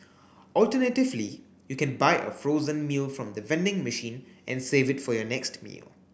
alternatively you can buy a frozen meal from the vending machine and save it for your next meal